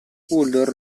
uldor